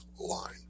line